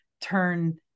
turn